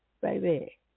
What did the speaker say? baby